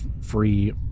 free